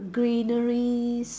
greeneries